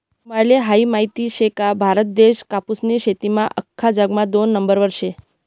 तुम्हले हायी माहित शे का, भारत देश कापूसनी शेतीमा आख्खा जगमा दोन नंबरवर शे